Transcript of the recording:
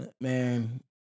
Man